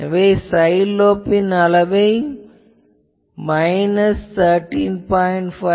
எனவே சைட் லோப்பின் அளவு மைனஸ் 13